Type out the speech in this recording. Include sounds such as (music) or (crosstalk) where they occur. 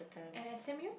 (noise) and S_M_U